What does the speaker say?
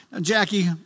Jackie